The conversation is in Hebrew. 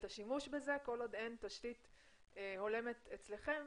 השימוש בזה כל עוד אין תשתית הולמת אצלכם